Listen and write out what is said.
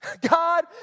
God